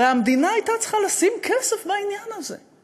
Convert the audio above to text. והמדינה הייתה צריכה לשים כסף בעניין הזה.